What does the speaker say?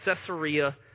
Caesarea